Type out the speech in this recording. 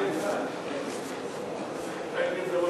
ההצעה להעביר את הנושא לוועדה שתקבע ועדת הכנסת נתקבלה.